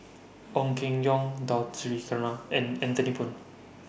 Ong Keng Yong Dato Sri Krishna and Anthony Poon